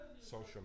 social